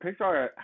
Pixar